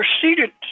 proceeded